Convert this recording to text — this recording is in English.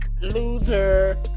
loser